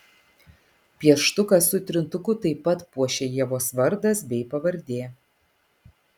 pieštuką su trintuku taip pat puošia ievos vardas bei pavardė